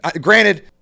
Granted